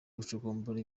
gucukumbura